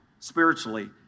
spiritually